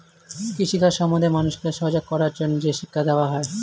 কৃষি কাজ সম্বন্ধে মানুষকে সজাগ করার জন্যে যে শিক্ষা দেওয়া হয়